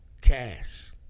cash